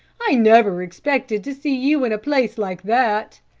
i never expected to see you in a place like that.